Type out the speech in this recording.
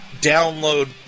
download